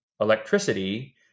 electricity